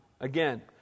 Again